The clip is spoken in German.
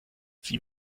sie